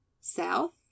South